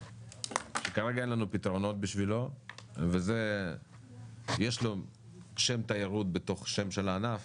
שכרגע אין לנו פתרונות בשבילו ויש לו שם תיירות בתוך שם של הענף,